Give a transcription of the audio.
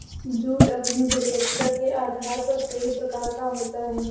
jute अपनी गुणवत्ता के आधार पर कई प्रकार का होता है